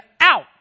out